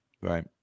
Right